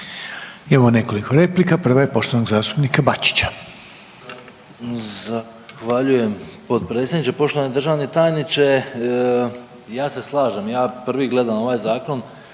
Imamo nekoliko replika. Prva je poštovanog zastupnika Bačića. **Bačić, Ante (HDZ)** Zahvaljujem potpredsjedniče. Poštovani državni tajniče, ja se slažem, ja prvi gledam ovaj Zakon